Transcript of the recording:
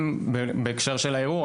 בהקשר של האירוע,